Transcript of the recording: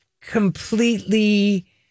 completely